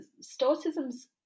Stoicism's